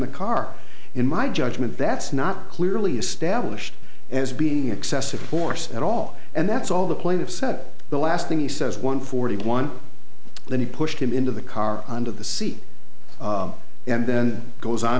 the car in my judgment that's not clearly established as being excessive force at all and that's all the plaintiffs said the last thing he says one forty one that he pushed him into the car under the seat and then goes on